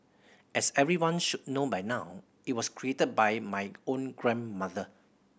as everyone should know by now it was created by my own grandmother